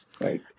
right